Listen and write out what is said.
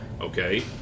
okay